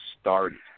started